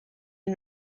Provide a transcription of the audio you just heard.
and